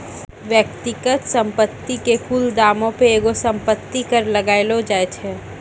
व्यक्तिगत संपत्ति के कुल दामो पे एगो संपत्ति कर लगैलो जाय छै